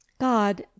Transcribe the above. God